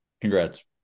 Congrats